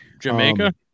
Jamaica